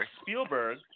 Spielberg –